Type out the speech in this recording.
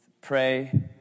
pray